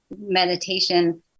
Meditation